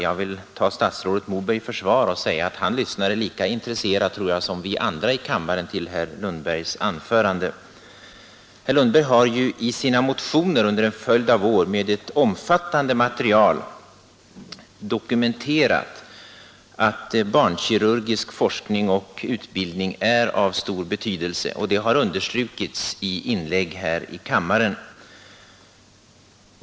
Jag vill ta statsrådet Moberg i försvar och säga, att han lyssnat lika intresserat, tror jag, på herr Lundbergs anförande som vi andra i kammaren. Herr Lundberg har ju i sina motioner under en följd av år med ett omfattande material dokumenterat att forskning och utbildning i barnkirurgi är av stor betydelse. Det har understrukits i inlägg här i kammaren.